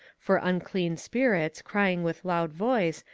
for unclean spirits, crying with loud voice,